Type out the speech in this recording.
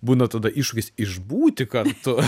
būna tada iššūkis išbūti kartu